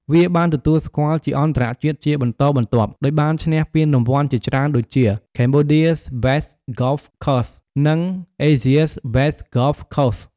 វាបានទទួលស្គាល់ជាអន្តរជាតិជាបន្តបន្ទាប់ ដោយបានឈ្នះពានរង្វាន់ជាច្រើនដូចជា "Cambodia's Best Golf Course" និង "Asia's Best Golf Course"។